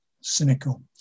cynical